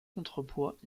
contrepoids